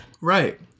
Right